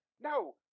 no